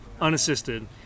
unassisted